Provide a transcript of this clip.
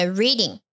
reading